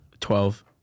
Twelve